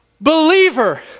Believer